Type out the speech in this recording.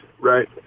right